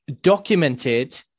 documented